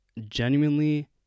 genuinely